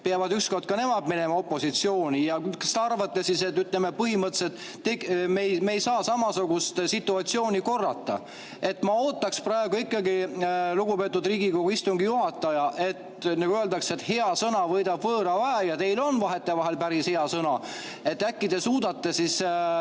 peavad ka nemad minema opositsiooni. Kas te arvate, et me põhimõtteliselt ei saa samasugust situatsiooni korrata? Ma ootaks praegu ikkagi, lugupeetud Riigikogu istungi juhataja – nagu öeldakse, et hea sõna võidab võõra väe, ja teil on vahetevahel päris hea sõna –, äkki te suudate selle